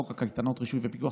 2. חוק הקייטנות (רישוי ופיקוח),